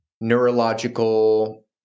neurological